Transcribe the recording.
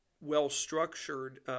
well-structured